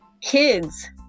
kids